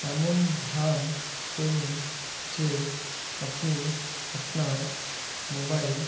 এমন ভান করুন যে আপনি আপনার মোবাইল